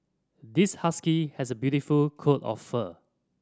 this husky has a beautiful coat of fur